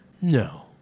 No